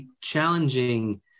challenging